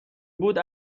بود